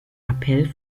appell